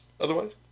otherwise